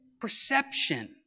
perception